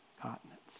continents